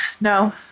No